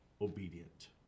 obedient